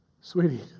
sweetie